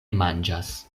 manĝas